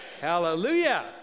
Hallelujah